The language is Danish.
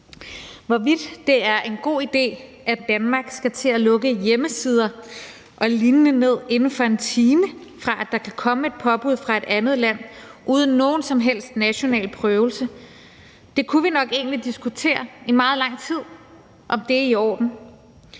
Hvorvidt det er en god idé, at Danmark skal til at lukke hjemmesider og lignende ned inden for en time, fra at der kan komme et påbud fra et andet land, uden nogen som helst national prøvelse, kunne vi nok egentlig diskutere i meget lang tid om er i orden.